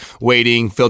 waiting